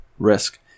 Risk